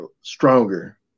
stronger